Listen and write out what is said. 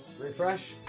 Refresh